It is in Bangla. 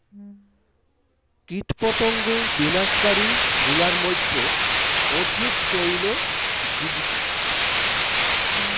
কীটপতঙ্গ বিনাশ কারী গুলার মইধ্যে অধিক চৈল ডি.ডি.টি